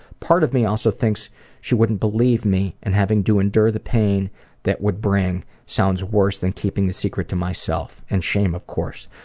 part of me also thinks she wouldn't believe me, and having to endure the pain that would bring sounds worse than keeping the secret to myself, and shame of course,